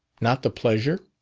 not the pleasure?